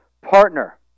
partner